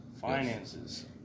Finances